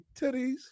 titties